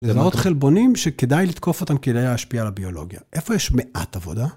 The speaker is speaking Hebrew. זה מאות חלבונים שכדאי לתקוף אותם כדי להשפיע על הביולוגיה. איפה יש מעט עבודה?